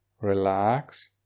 relax